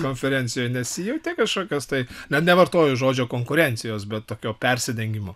konferencijoj nesijautė kažkokios tai na nevartoju žodžio konkurencijos bet tokio persidengimo